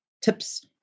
tips